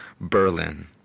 Berlin